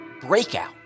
...Breakout